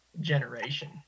generation